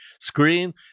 screen